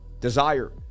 desire